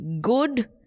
good